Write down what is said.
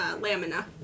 Lamina